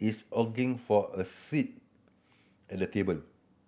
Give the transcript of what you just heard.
is angling for a seat at the table